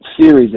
series